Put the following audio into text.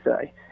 say